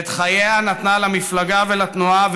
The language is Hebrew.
ואת חייה נתנה למפלגה ולתנועה,